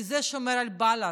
כי זה שומר על בלנס,